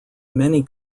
many